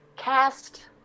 cast